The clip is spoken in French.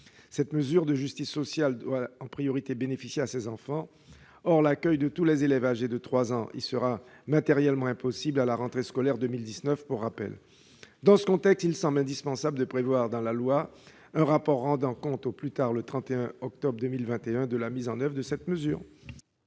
Cette mesure de justice sociale doit en priorité profiter à ces enfants. Or l'accueil de tous les élèves âgés de 3 ans y sera matériellement impossible à la rentrée scolaire de 2019. Dans ce contexte, il semble indispensable de prévoir dans la loi un rapport rendant compte, au plus tard le 31 octobre 2021, de la mise en oeuvre de cette mesure.